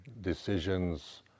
decisions